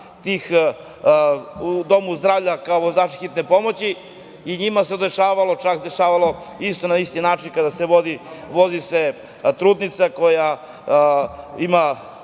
rade u domu zdravlja kao vozači hitne pomoći i njima se dešavalo. Čak se dešavalo na isti način kada se vozi trudnica koja ima